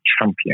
champion